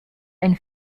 ein